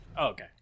Okay